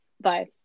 bye